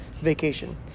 vacation